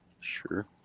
Sure